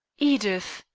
edith!